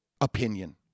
opinion